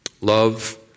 Love